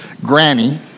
granny